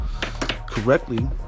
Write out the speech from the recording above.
correctly